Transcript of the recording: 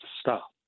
stop